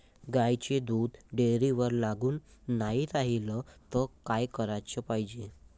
गाईचं दूध डेअरीवर लागून नाई रायलं त का कराच पायजे?